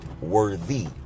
worthy